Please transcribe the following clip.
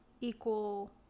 equal